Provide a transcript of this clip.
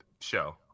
show